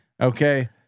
Okay